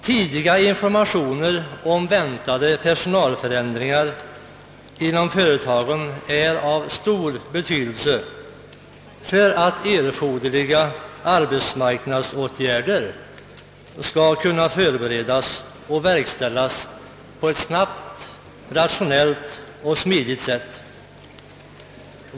Tidiga informationer om väntade personalförändringar inom företagen är av stor betydelse för att erforderliga arbetsmarknadsåtgärder skall kunna förberedas och verkställas på ett snabbt, rationellt och smidigt sätt.